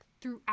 throughout